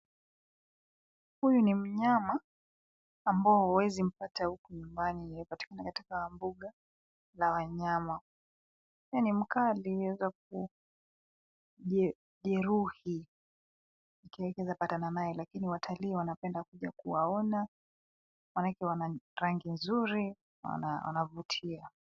Huyu ni mnyama ambao huwezi mpata huku nyumbani. Anapatikana akatika mbuga la wanyama. Ni mkali anaeza kukujeruhi ukiezapatana na yeye lakini watalii wanapenda kuja kuwaona maanake wana rangi nzuri na wanavutia.